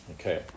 Okay